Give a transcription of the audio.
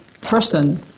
person